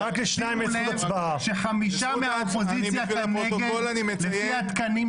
1 בנובמבר 2021. לפני שאני אעביר את רשות הדיבור למזכירת הכנסת